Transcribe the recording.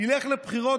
נלך לבחירות,